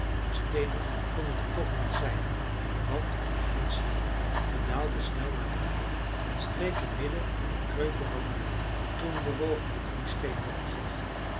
maar steenen konden het toch niet zijn want er lag geen sneeuw op we daalden snel naar beneden en streken midden in t kreupelhout neer toen bewogen de drie steenblokken zich